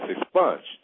expunged